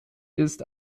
ist